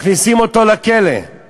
מכניסים אותו לכלא כי